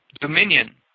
dominion